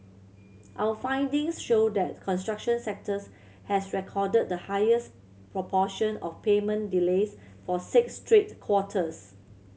our findings show that the construction sectors has recorded the highest proportion of payment delays for six straight quarters